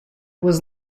was